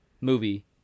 movie